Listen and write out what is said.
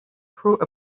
through